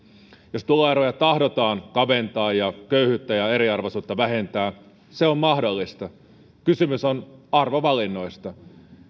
jos tuloeroja tahdotaan kaventaa ja köyhyyttä ja eriarvoisuutta vähentää se on mahdollista kysymys on arvovalinnoista